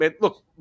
Look